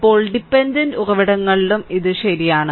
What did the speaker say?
ഇപ്പോൾ ഡിപെൻഡന്റ് ഉറവിടങ്ങളിലും ഇത് ശരിയാണ്